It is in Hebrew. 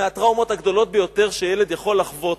מהטראומות הגדולות ביותר שילד יכול לחוות.